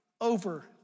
over